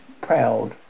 proud